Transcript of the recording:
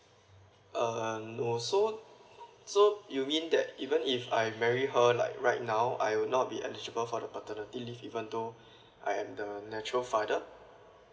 uh no so so you mean that even if I marry her like right now I will not be eligible for the paternity leave even though I am the natural father